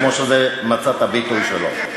כמו שזה מצא את הביטוי שלו.